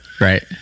Right